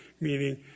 meaning